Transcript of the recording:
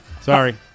Sorry